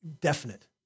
definite